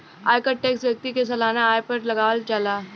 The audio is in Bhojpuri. आयकर टैक्स व्यक्ति के सालाना आय पर लागावल जाला